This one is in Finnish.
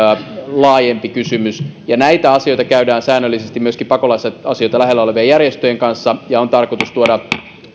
laajempi kysymys näitä asioita käydään säännöllisesti läpi myöskin pakolaisasioita lähellä olevien järjestöjen kanssa ja on tarkoitus tuoda